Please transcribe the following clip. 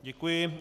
Děkuji.